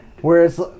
Whereas